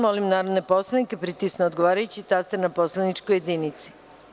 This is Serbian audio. Molim narodne poslanike da pritisnu odgovarajući taster na poslaničkoj jedinici.